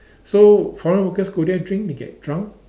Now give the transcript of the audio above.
so foreign workers go there drink they get drunk